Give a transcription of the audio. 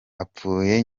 apfuye